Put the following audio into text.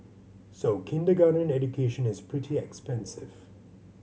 so kindergarten education is pretty expensive